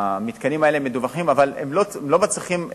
המתקנים האלה מדווחים, אבל הם לא מצריכים היתרים.